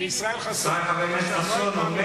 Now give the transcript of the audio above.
חבר הכנסת ישראל חסון אומר,